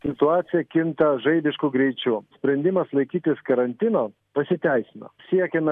situacija kinta žaibišku greičiu sprendimas laikytis karantino pasiteisino siekiame